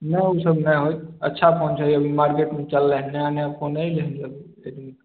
नहि ओ सब नहि होत अच्छा फोन छै अभी मार्केटमे चललै हँ नया नया फोन हइ